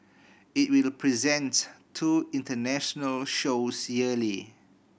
it will present two international shows yearly